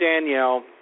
Danielle